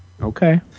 Okay